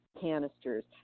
canisters